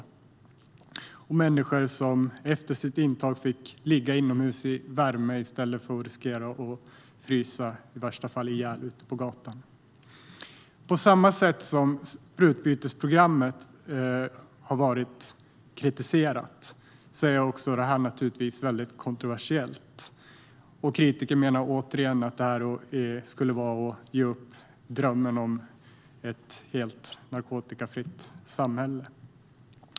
Där fick människor efter sitt intag ligga inomhus i värme i stället för att riskera att frysa, i värsta fall, ihjäl ute på gatan. På samma sätt som sprututbytesprogrammet har varit kritiserat är också detta kontroversiellt. Kritiker menar återigen att det är att ge upp drömmen om ett helt narkotikafritt samhälle.